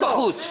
אתה בחוץ.